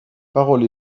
paroles